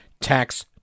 tax